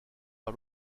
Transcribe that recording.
par